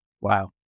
Wow